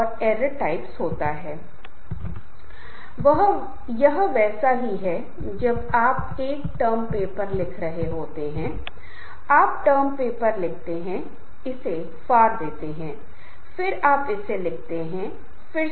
इसलिए समूह व्यवहार लंबे समय तक समूहों में प्रकृति में अद्वितीय है न केवल एक विशिष्ट समय सीमा में किसी विशेष कार्य को पूरा करने पर ध्यान केंद्रित किया जाता है बल्कि लोग औपचारिक और सतही बातचीत से गहरी और सार्थक व्यक्तिगत बात की ओर बढ़ना चाहेंगे